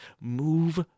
move